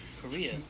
Korea